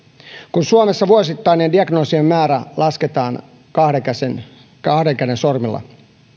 kun suomessa vuosittainen diagnoosien määrä lasketaan kahden käden kahden käden sormilla